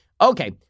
Okay